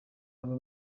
baba